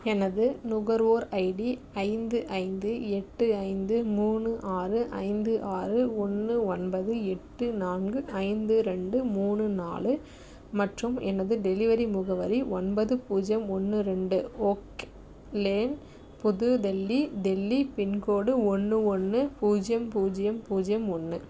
எனது நுகர்வோர் ஐடி ஐந்து ஐந்து எட்டு ஐந்து மூணு ஆறு ஐந்து ஆறு ஒன்று ஒன்பது எட்டு நான்கு ஐந்து ரெண்டு மூணு நாலு மற்றும் எனது டெலிவரி முகவரி ஒன்பது பூஜ்ஜியம் ஒன்று ரெண்டு ஓக் லேன் புது டெல்லி டெல்லி பின்கோடு ஒன்று ஒன்று பூஜ்ஜியம் பூஜ்ஜியம் பூஜ்ஜியம் ஒன்று